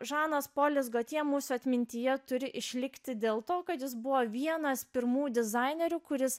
žanas polis gotje mūsų atmintyje turi išlikti dėl to kad jis buvo vienas pirmųjų dizainerių kuris